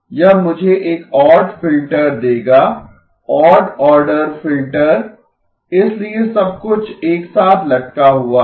यह मुझे एक ओड फिल्टर देगा ओड ऑर्डर फिल्टर इसलिए सब कुछ एक साथ लटका हुआ है